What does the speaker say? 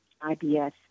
IBS